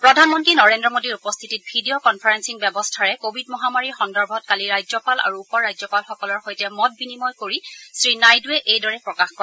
প্ৰধানমন্ত্ৰী নৰেন্দ্ৰ মোডীৰ উপস্থিতিত ভিডিঅ কনফাৰেঙ্গিং ব্যৱস্থাৰে কোভিড মহামাৰীৰ সন্দৰ্ভত কালি ৰাজ্যপাল আৰু উপ ৰাজ্যপালসকলৰ সৈতে মত বিনিময় কৰি শ্ৰীনাইড়য়ে এইদৰে প্ৰকাশ কৰে